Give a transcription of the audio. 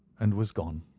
and was gone.